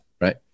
right